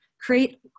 Create